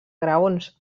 graons